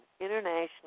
international